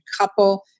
couple